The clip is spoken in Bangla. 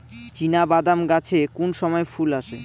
চিনাবাদাম গাছে কোন সময়ে ফুল আসে?